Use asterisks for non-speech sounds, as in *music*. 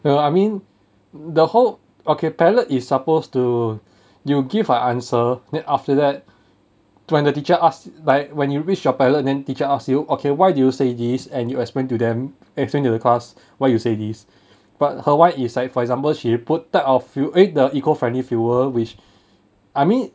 well I mean the whole okay pilot is supposed to you give a answer then after that *breath* when the teacher ask like when you reach your pilot then teacher ask you okay why do you say this and you explain to them explain to the class why you say this *breath* but her [one] is like for example she put type of few eh the eco friendly fuel which *breath* I mean